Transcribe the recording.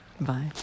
Bye